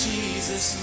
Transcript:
Jesus